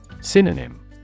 Synonym